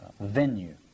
venue